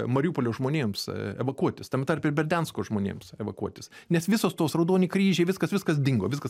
mariupolio žmonėms evakuotis tame tarpe ir berdiansko žmonėms evakuotis nes visos tos raudoni kryžiai viskas viskas dingo viskas